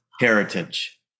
heritage